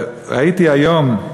ראיתי היום,